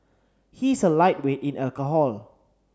he is a lightweight in alcohol